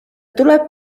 tuleb